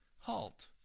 halt